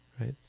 right